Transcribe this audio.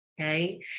Okay